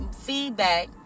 feedback